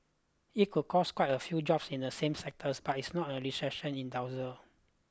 it could cost quite a few jobs in the same sectors but it's not a recession inducer